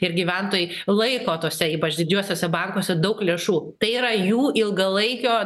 ir gyventojai laiko tose ypač didžiuosiuose bankuose daug lėšų tai yra jų ilgalaikio